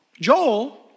Joel